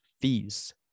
fees